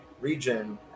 region